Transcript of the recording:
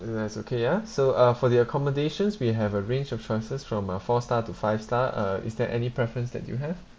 mm that's okay ya so uh for the accommodations we have a range of choices from uh four star to five star uh is there any preference that you have